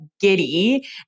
giddy